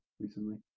recently